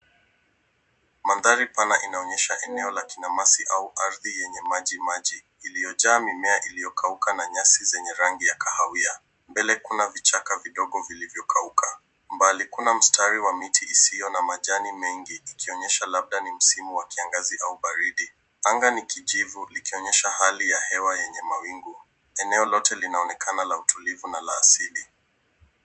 Mandhari pana inaonyesha eneo la kinamasi au ardhi yenye majimaji iliyojaa mimea iliyokauka na nyasi zenye rangi ya kahawia. Mbele kuna vichaka vidogo vilivyokauka. Mbali kuna mstari wa miti isiyo na majani mengi ikionyesha labda ni msimu wa kiangazi au baridi. Anga ni kijivu likionyesha hali ya hewa yenye mawingu. Eneo lote linaonekana la utulivu na la asili.